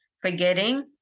forgetting